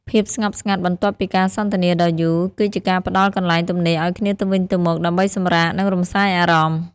ភាពស្ងប់ស្ងាត់បន្ទាប់ពីការសន្ទនាដ៏យូរ គឺជាការផ្ដល់កន្លែងទំនេរឱ្យគ្នាទៅវិញទៅមកដើម្បីសម្រាក និងរំសាយអារម្មណ៍។